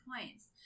points